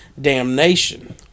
damnation